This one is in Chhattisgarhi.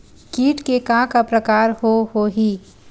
कीट के का का प्रकार हो होही?